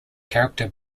character